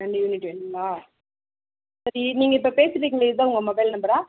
ரெண்டு யூனிட்டு வேணுங்களா சரி நீங்கள் இப்போது பேசிகிட்டுருக்கிங்களே இதான் உங்க மொபைல் நம்பரா